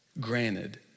granted